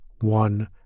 one